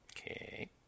Okay